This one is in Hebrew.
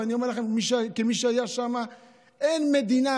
אני אומר לכם כמי שהיה שם שאין מדינה,